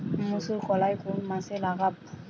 মুসুর কলাই কোন মাসে লাগাব?